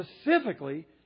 specifically